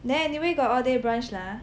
there anyway got all day brunch lah